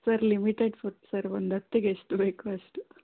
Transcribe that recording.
sir limited food sir ಒಂದೊತ್ತಿಗೆ ಎಷ್ಟು ಬೇಕೊ ಅಷ್ಟು